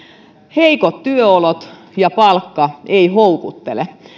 heikot työolot ja palkka eivät houkuttele